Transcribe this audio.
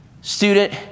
Student